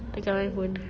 dekat my phone